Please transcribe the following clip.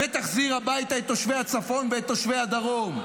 ותחזיר הביתה את תושבי הצפון ואת תושבי הדרום,